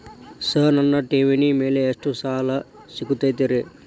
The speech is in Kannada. ಸರ್ ನನ್ನ ಠೇವಣಿ ಮೇಲೆ ಎಷ್ಟು ಸಾಲ ಸಿಗುತ್ತೆ ರೇ?